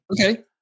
okay